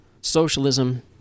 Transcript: Socialism